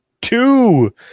two